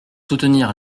soutenir